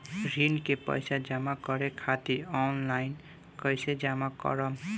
ऋण के पैसा जमा करें खातिर ऑनलाइन कइसे जमा करम?